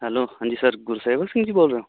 hello ਹਾਂਜੀ sir Gursewak Singh ji ਬੋਲ ਰਹੇ ਹੋ